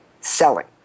selling